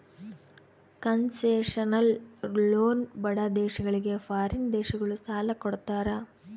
concessional loan ಬಡ ದೇಶಗಳಿಗೆ foreign ದೇಶಗಳು ಸಾಲ ಕೊಡ್ತಾರ